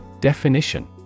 Definition